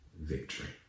victory